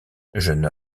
jeune